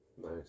nice